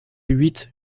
huit